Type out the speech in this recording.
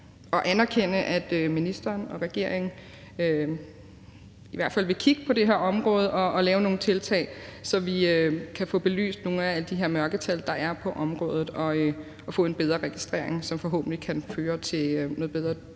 og anerkende, at ministeren og regeringen i hvert fald vil kigge på det her område og lave nogle tiltag, så vi kan få belyst nogle af alle de her mørketal, der er på området, og få en bedre registrering, som forhåbentlig kan føre til noget bedre dyrevelfærd